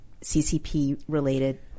CCP-related